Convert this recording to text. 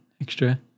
extra